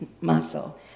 muscle